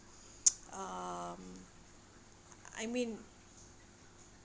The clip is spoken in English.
um I mean